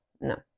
no